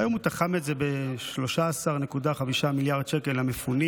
והיום הוא תחם את זה ב-13.5 מיליארד שקל למפונים,